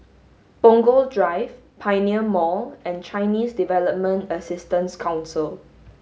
Punggol Drive Pioneer Mall and Chinese Development Assistance Council